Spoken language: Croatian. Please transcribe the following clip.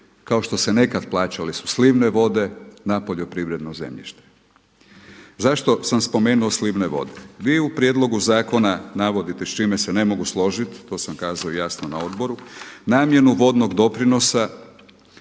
kao što su se nekad plaćale slivne vode na poljoprivredno zemljište. Zašto sam spomenuo slivne vode? Vi u prijedlogu zakona navodite s čime se ne mogu složiti, to sam kazao jasno na odboru. Namjenu vodnog doprinosa